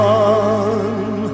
one